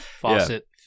faucet